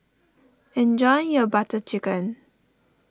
enjoy your Butter Chicken